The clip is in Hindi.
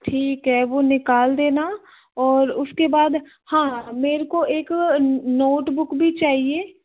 ठीक है वह निकाल देना और उसके बाद हाँ मेरे को एक नोटबुक भी चाहिए